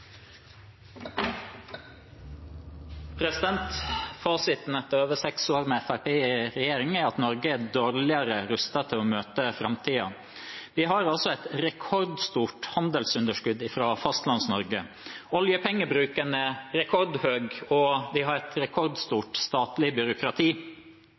at Norge er dårligere rustet til å møte framtiden. Vi har et rekordstort handelsunderskudd fra Fastlands-Norge. Oljepengebruken er rekordhøy, og vi har et